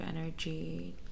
energy